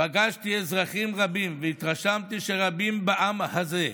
פגשתי אזרחים רבים, והתרשמתי שרבים בעם הזה,